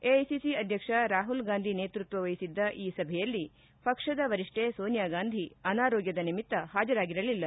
AICC ಅಧ್ಯಕ್ಷ ರಾಹುಲ್ ಗಾಂಧಿ ನೇತೃತ್ವ ವಹಿಸಿದ್ದ ಈ ಸಭೆಯಲ್ಲಿ ಪಕ್ಷದ ವರಿಷ್ಠೆ ಸೋನಿಯಾ ಗಾಂಧಿ ಅನಾರೋಗ್ಯದ ನಿಮಿತ್ತ ಹಾಜರಾಗಿರಲಿಲ್ಲ